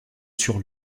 sur